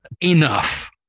Enough